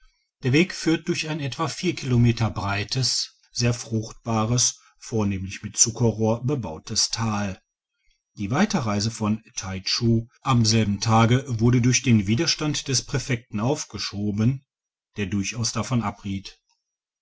der weg führt durch ein etwa vier kilometer breites sehr fruchtbares vornehmlich mit zuckerrohr bebautes thal die weiterreise von taichu am selben tage wurde durch den widernanohastrasse in taichu stand des präfekten aufgeschoben der durchaus davon abriet